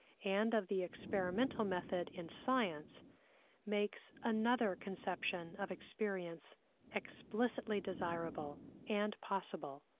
and of the experimental method in science makes another conception of experience explicitly desirable and possible.